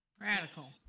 Radical